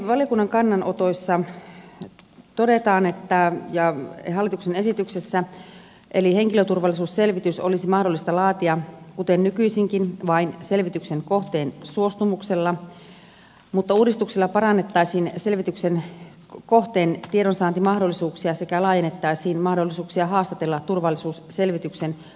valiokunnan kannanotoissa ja hallituksen esityksessä todetaan että henkilöturvallisuusselvitys olisi mahdollista laatia kuten nykyisinkin vain selvityksen kohteen suostumuksella mutta uudistuksella parannettaisiin selvityksen kohteen tiedonsaantimahdollisuuksia sekä laajennettaisiin mahdollisuuksia haastatella turvallisuusselvityksen kohdetta